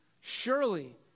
surely